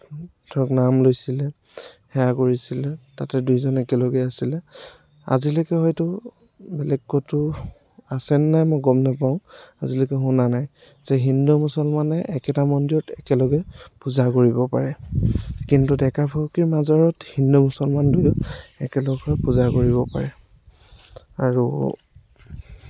সেৱা কৰিছিলে তাতে দুইজন একেলগে আছিলে আজিলেকে হয়তো বেলেগ ক'তো আছেনে নাই মই গম নাপাওঁ আজিলৈকে শুনা নাই যে হিন্দু মুছলমানে একেটা মন্দিৰত একেলগে পূজা কৰিব পাৰে কিন্তু ডেকা হিন্দু মুছলমান একেলগ হৈ পূজা কৰিব পাৰে আৰু